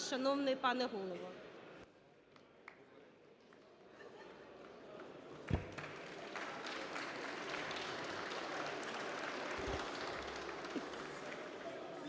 шановний пане Голово.